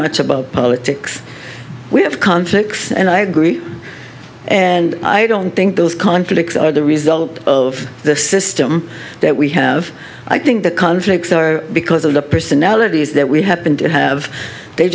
much about politics we have conflicts and i agree and i don't think those conflicts are the result of the system that we have i think the conflicts are because of the personalities that we happen to have they